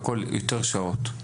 יותר שעות?